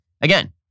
again